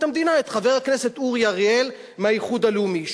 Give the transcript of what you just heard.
המדינה את חבר הכנסת אורי אריאל מהאיחוד הלאומי,